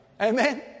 Amen